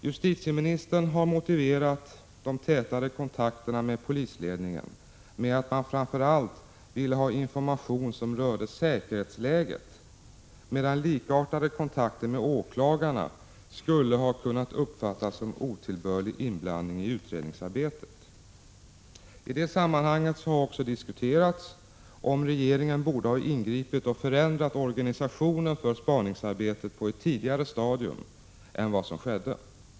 Justitieministern har motiverat de tätare kontakterna med polisledningen med att man framför allt ville ha information som rörde säkerhetsläget, medan likartade kontakter med åklagarna skulle ha kunnat uppfattas som otillbörlig inblandning i utredningsarbetet. I det sammanhanget har också diskuterats om regeringen borde ha ingripit och förändrat organisationen för spaningsarbetet på ett tidigare stadium än vad som skedde.